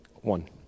One